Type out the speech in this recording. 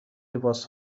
لباس